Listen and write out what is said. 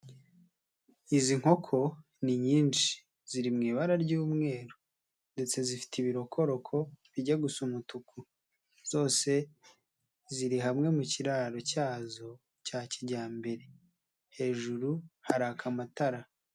Izi nkoko ni nyinshi, ziri mu ibara ry'umweru ndetse zifite ibirokoroko bijya gusa umutuku, zose ziri hamwe mu kiraro cyazo cya kijyambere, hejuru haraka amatara.